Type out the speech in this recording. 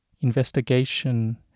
investigation